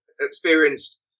experienced